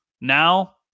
Now